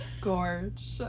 gorge